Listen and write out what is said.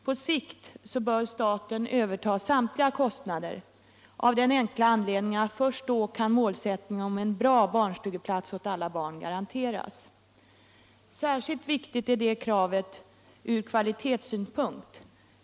På sikt bör staten överta samtliga kostnader av den enkla anledningen att först då kan målsättningen om en bra barnstugeplatls åt alla barn garanteras. Särskilt viktigt är detta krav ur kvali . tetssynpunkt.